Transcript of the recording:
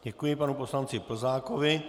Děkuji panu poslanci Plzákovi.